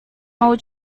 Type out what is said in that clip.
mau